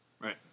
Right